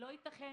לא ייתכן